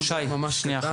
רן שי, בבקשה.